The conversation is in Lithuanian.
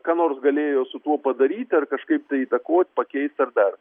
ką nors galėjo su tuo padaryti ar kažkaip įtakot pakeist ar dar